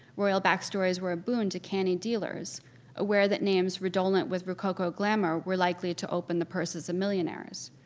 royal backstories were a boon to canny dealers aware that names redolent with rococo glamor were likely to open the purses of millionaires.